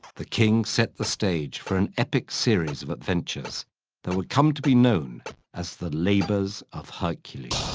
the king set the stage for an epic series of adventures that would come to be known as the labors of hercules.